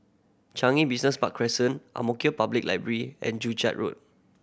Changi Business Park Crescent Ang Mo Kio Public Library and Joo Chiat Road